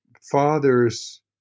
father's